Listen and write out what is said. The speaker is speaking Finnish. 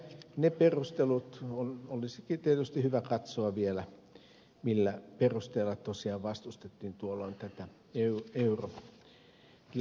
ne perustelut olisikin tietysti hyvä katsoa vielä millä perusteilla tosiaan tuolloin vastustettiin tätä euromaailmaa